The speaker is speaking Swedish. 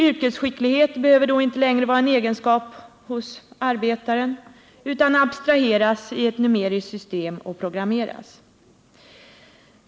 Yrkesskicklighet behöver då inte längre vara en egenskap hos arbetaren, utan abstraheras i ett numeriskt system och programmeras.